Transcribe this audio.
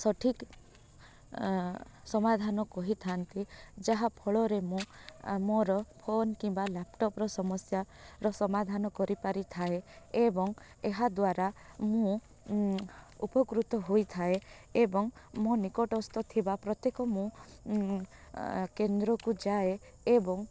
ସଠିକ ସମାଧାନ କହିଥାନ୍ତି ଯାହାଫଳରେ ମୁଁ ମୋର ଫୋନ୍ କିମ୍ବା ଲ୍ୟାପଟପ୍ର ସମସ୍ୟାର ସମାଧାନ କରିପାରି ଥାଏ ଏବଂ ଏହାଦ୍ୱାରା ମୁଁ ଉପକୃତ ହୋଇଥାଏ ଏବଂ ମୋ ନିକଟସ୍ଥ ଥିବା ପ୍ରତ୍ୟେକ ମୁଁ କେନ୍ଦ୍ରକୁ ଯାଏ ଏବଂ